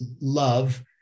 love